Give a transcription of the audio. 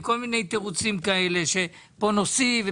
עם כל מיני תירוצים של "פה נוסיף".